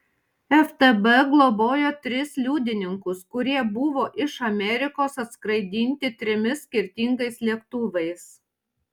ftb globojo tris liudininkus kurie buvo iš amerikos atskraidinti trimis skirtingais lėktuvais